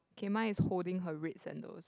K mine is holding her red sandals